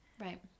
Right